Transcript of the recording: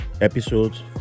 episodes